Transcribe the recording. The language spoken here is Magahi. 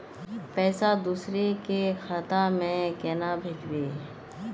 पैसा दूसरे के खाता में केना भेजबे?